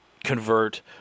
Convert